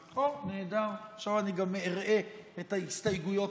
נהדר, עכשיו אני גם אראה את ההסתייגויות